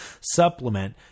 supplement